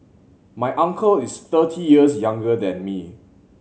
my uncle is thirty years younger than me